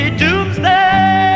doomsday